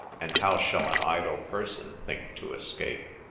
and how shall an idle person think to escape?